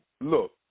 look